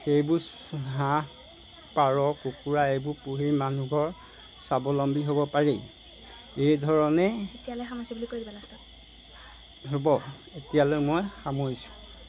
সেইবোৰ হাঁহ পাৰ কুকুৰা এইবোৰ পুহি মানুহঘৰ স্বাৱলম্বী হ'ব পাৰি এইধৰণে হ'ব এতিয়ালৈ মই সামৰিছোঁ